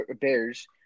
Bears